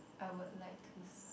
I would like to s~